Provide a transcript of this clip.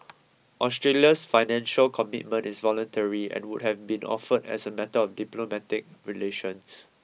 Australia's financial commitment is voluntary and would have been offered as a matter of diplomatic relations